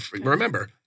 remember